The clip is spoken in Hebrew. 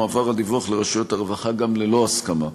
מועבר הדיווח לרשויות הרווחה גם ללא הסכמה.